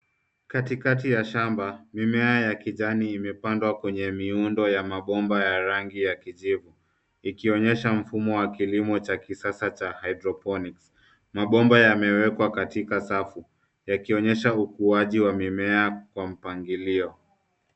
Katikati ya shamba mimea ya kijani imepandwa kwenye miundo ya mabomba ya rangi ya kijivu, ikionyesha mfumo wa kilimo cha kisasa cha hydroponics . Mabomba yamewekwa katika safu, yakionyesha ukuaji wa mimea kwa mpangilio.